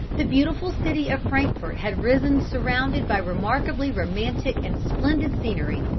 the beautiful city of frankfort had risen surrounded by remarkably romantic and splendid scenery.